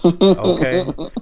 okay